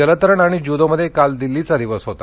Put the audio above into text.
जलतरण आणि ज्युदोमध्ये काल दिल्लीचा दिवस होता